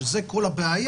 שזו כל הבעיה,